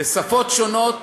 בשפות שונות,